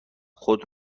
خود